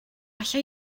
alla